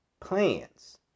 plans